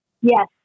Yes